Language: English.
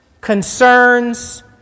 concerns